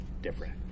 different